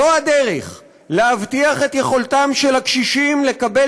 זו הדרך להבטיח את יכולתם של הקשישים לקבל